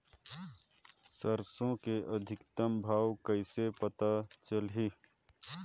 सरसो के अधिकतम भाव कइसे पता चलही?